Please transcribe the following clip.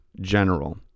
general